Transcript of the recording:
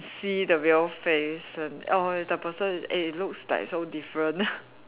see the real face and oh the person it looks like so different